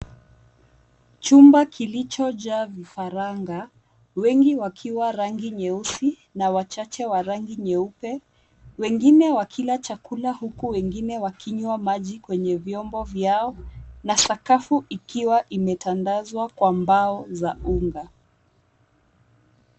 Chumba kilichojaa vifaranga, wengi wakiwa rangi nyeusi na wachache wa rangi nyeupe wengine wakila chakula huku wengine wakinywa maji kwenye vyombo vyao na sakafu ikiwa imetandazwa kwa mbao za unga.